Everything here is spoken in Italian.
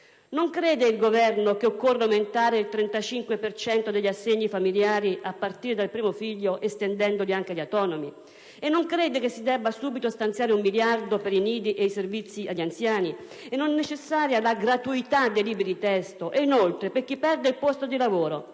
Non crede il Governo che occorra aumentare del 35 per cento gli assegni familiari, a partire dal primo figlio, estendendoli anche agli autonomi? E non crede che si debba subito stanziare un miliardo di euro per i nidi e i servizi agli anziani? E non è necessaria la gratuità dei libri di testo? Inoltre, per chi perde il posto di lavoro,